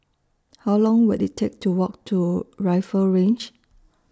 How Long Will IT Take to Walk to Rifle Range